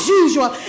usual